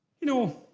you know,